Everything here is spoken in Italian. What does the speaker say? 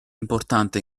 importante